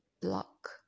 block